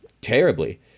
terribly